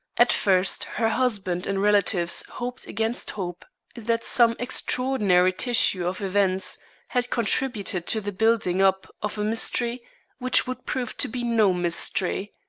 at first her husband and relatives hoped against hope that some extraordinary tissue of events had contributed to the building up of a mystery which would prove to be no mystery.